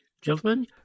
Gentlemen